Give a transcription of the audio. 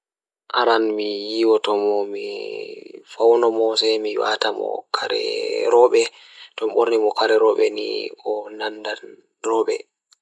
Aran mi yiwowto mo So tawii miɗo waɗa waawde heddude nappi baby ngal, mi waɗataa waawi njiddaade e dow nappi ngal. Miɗo waawataa ngoodi njiddaade ngal e hoore, njiddaade fiyaangu goɗɗo, ɓiɓɓe ngal. Miɗo waawataa njiddaade leydi ngal fiyaangu goɗɗo njiddaade fiyaangu.